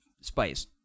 spice